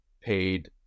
paid